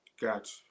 Gotcha